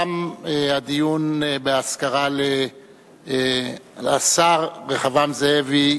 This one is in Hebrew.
תמה האזכרה לשר רחבעם זאבי,